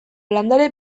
landare